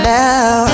now